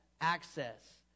access